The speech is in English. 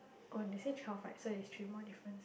oh they say twelve right so is three more difference